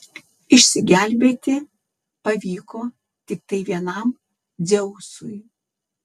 išsigelbėti pavyko tiktai vienam dzeusui